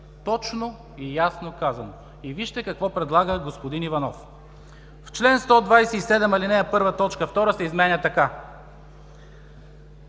Точно и ясно казано. И вижте какво предлага господин Иванов: в чл. 127, ал. 1, т. 2 се изменя така: